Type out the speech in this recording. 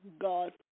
God